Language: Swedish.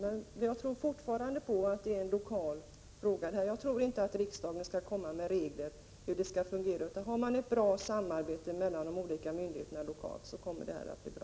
33 Men jag tror fortfarande att det är en lokal fråga. Jag tror inte att riksdagen skall komma med några regler för hur det skall fungera. Har man ett bra samarbete mellan de olika myndigheterna lokalt så kommer det att bli bra.